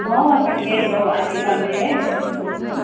অ' তাকেটো আহি পালে